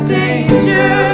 danger